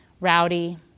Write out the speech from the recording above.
rowdy